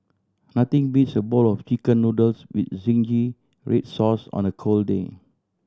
nothing beats a bowl of Chicken Noodles with zingy red sauce on a cold day